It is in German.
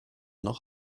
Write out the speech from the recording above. noch